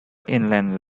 inland